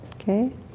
Okay